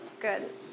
Good